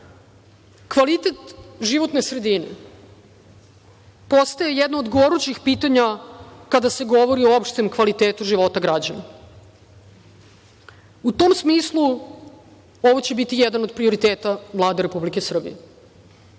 kvalitet životne sredine postaje jedno od gorućih pitanja kada se govori o opštem kvalitetu života građana. U tom smislu ovo će biti jedan od prioriteta Vlade Republike Srbije.